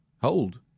Hold